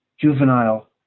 juvenile